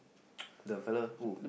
the fellow who